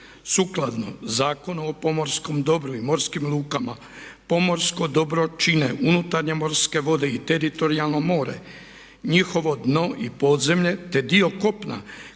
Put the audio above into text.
Sukladno Zakonu o pomorskom dobru i morskim lukama pomorsko dobro čine unutarnje morske vode i teritorijalno more, njihovo dno i podzemlje te dio kopna